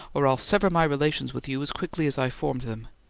or i'll sever my relations with you as quickly as i formed them.